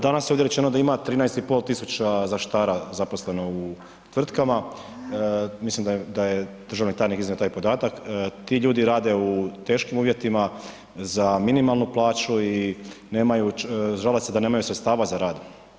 Danas je ovdje rečeno da ima 13,500 zaštitara zaposleno u tvrtkama, mislim da je državni tajnik iznio taj podatak, ti ljudi rade u teškim uvjetima za minimalnu plaću i žale se da nemaju sredstava za rad.